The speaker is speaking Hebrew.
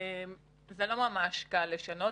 זה לא ממש קל לשנות,